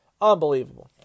Unbelievable